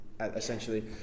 Essentially